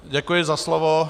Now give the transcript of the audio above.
Děkuji za slovo.